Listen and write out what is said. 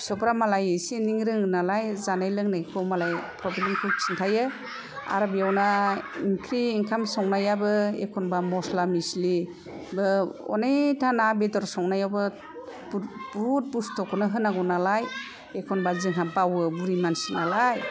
फिसौफ्रा मालाय एसे एनै रोङो नालाय जानाय लोंनायखौ मालाय खिन्थायो आर बेवनाय ओंख्रि ओंखाम संनायाबो एखनबा मस्ला मिस्लि बो अनेकथा ना बेदर संनायावबो बुद बहुत बुस्थुखौनो होनांगौ नालाय एखनबा जोंहा बावो बुरि मानसि नालाय